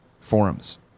forums